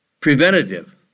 preventative